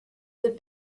this